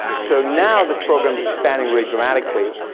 so now this program's expanding really dramatically,